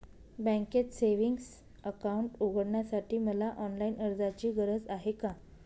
बँकेत savings account उघडण्यासाठी मला ऑनलाईन अर्जाची गरज आहे का?